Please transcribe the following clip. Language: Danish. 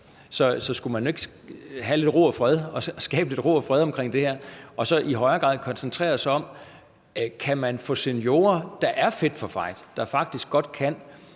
Så skulle man nu ikke skabe lidt ro og fred omkring det her og så i højere grad koncentrere sig om, om man kan få seniorer, der er fit for fight, og som faktisk godt kan,